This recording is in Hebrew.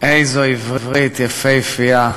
איזו עברית יפהפייה,